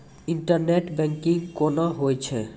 Internet banking कोना होय छै?